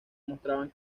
mostraban